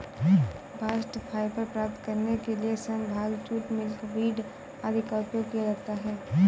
bast fibre प्राप्त करने के लिए सन, भांग, जूट, मिल्कवीड आदि का उपयोग किया जाता है